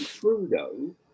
Trudeau